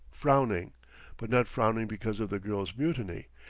frowning but not frowning because of the girl's mutiny.